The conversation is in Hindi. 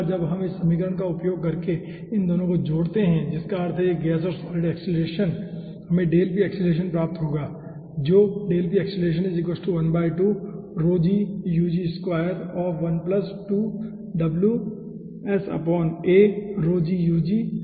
एक बार जब हम इस समीकरण का उपयोग करके इन दोनों को जोड़ते हैं जिसका अर्थ है कि यह गैस और सॉलिड एक्सेलरेशन हमें एक्सेलरेशन प्राप्त होगा जो होगा